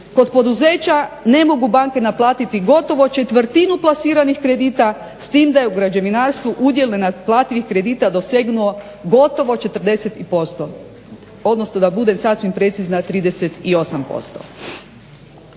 Kod poduzeća ne mogu banke naplatiti gotovo četvrtinu plasiranih kredita s tim da je u građevinarstvu udio nenaplativih kredita dosegnuo gotovo 40%, odnosno da budem sasvim precizna 38%.